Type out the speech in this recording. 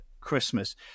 Christmas